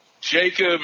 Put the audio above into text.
Jacob